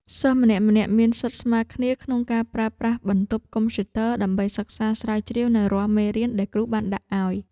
សិស្សម្នាក់ៗមានសិទ្ធិស្មើគ្នាក្នុងការប្រើប្រាស់បន្ទប់កុំព្យូទ័រ ដើម្បីសិក្សាស្រាវជ្រាវនូវរាល់មេរៀនដែលគ្រូបានដាក់ឱ្យ។